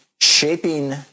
Shaping